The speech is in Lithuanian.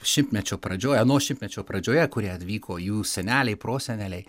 šimtmečio pradžioj ano šimtmečio pradžioje kurie atvyko jų seneliai proseneliai